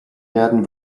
werden